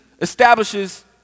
establishes